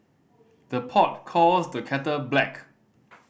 the pot calls the kettle black